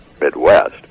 Midwest